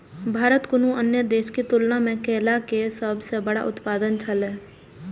भारत कुनू अन्य देश के तुलना में केला के सब सॉ बड़ा उत्पादक छला